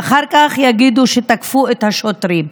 ואחר כך יגידו שתקפו את השוטרים.